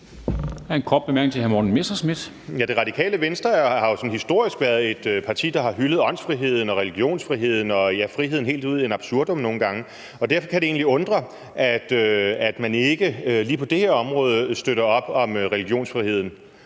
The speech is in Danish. Det Radikale Venstre har jo sådan historisk været et parti, der har hyldet åndsfriheden, religionsfriheden og nogle gange friheden helt ud in absurdum, og derfor kan det egentlig undre, at man ikke lige på det her område støtter op om religionsfriheden.